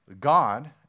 God